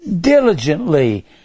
diligently